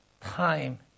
time